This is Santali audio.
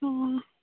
ᱦᱩᱸᱻ